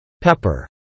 Pepper